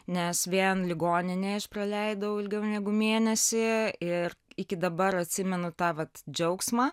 nes vien ligoninėj aš praleidau ilgiau negu mėnesį ir iki dabar atsimenu tą vat džiaugsmą